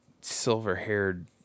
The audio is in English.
silver-haired